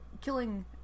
killing